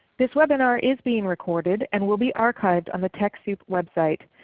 this webinar is being recorded and will be archived on the techsoup website.